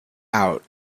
out